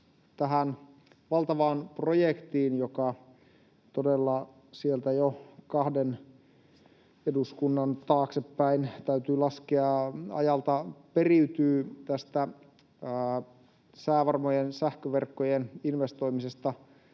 tämän valtavan projektin, joka todella sieltä — täytyy laskea taaksepäin — jo kahden eduskunnan ajalta periytyy, tämän säävarmojen sähköverkkojen investoimisen